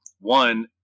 one